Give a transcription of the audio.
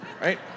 right